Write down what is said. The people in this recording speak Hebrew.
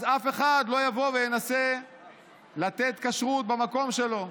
אז אף אחד לא יבוא וינסה לתת כשרות במקום שלו.